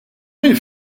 minn